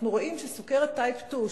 אנחנו רואים שסוכרת type 2,